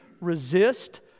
resist